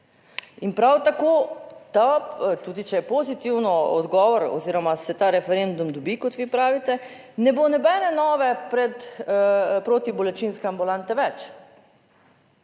In prav tako tudi če je pozitiven odgovor oziroma se ta referendum dobi, kot vi pravite, ne bo nobene nove pred protibolečinske ambulante več.